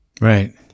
Right